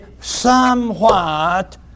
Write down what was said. somewhat